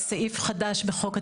סימן לי במהלך הדיון שמבחינתם,